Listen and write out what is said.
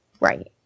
right